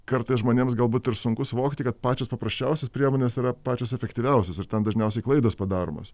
kartais žmonėms galbūt ir sunku suvokti kad pačios paprasčiausios priemonės yra pačios efektyviausios ir tam dažniausiai klaidos padaromos